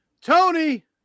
tony